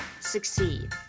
Succeed